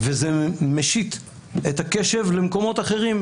וזה מסיט את הקשב למקומות אחרים,